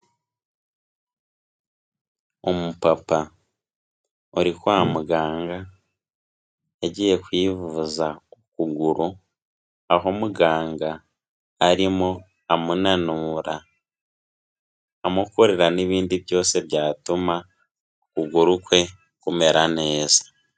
Umupapa uri kwa muganga yagiye kwivuza ukuguru, aho muganga arimo amunura, amukorera n'ibindi byose byatuma ukuguru kwe kumera neza.